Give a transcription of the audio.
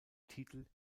titel